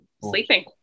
sleeping